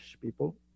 people